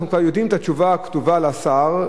את התשובה הכתובה לשר,